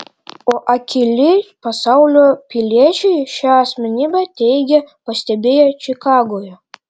o akyli pasaulio piliečiai šią asmenybę teigia pastebėję čikagoje